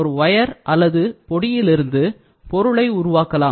ஒரு வயர் அல்லது பொடியிலிருந்து பொருளை உருவாக்கலாம்